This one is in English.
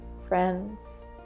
friends